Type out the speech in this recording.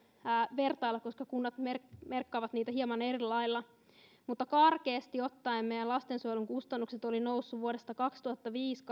vertailla koska kunnat merkitsevät niitä hieman eri lailla mutta karkeasti ottaen meidän lastensuojelun kustannukset olivat nousseet vuodesta kaksituhattaviisi